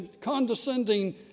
condescending